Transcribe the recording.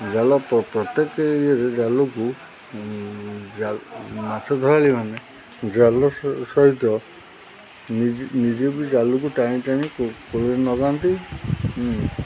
ଜାଲ ପ୍ରତ୍ୟେକ ଇଏରେ ଜାଲକୁ ମାଛ ଧରାଳି ମାନ ଜାଲ ସହିତ ନିଜେ ବି ଜାଲକୁ ଟାଣି ଟାଣି କୂଳରେ ଲଗାନ୍ତି